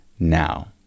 now